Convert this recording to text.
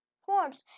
forms